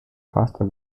faster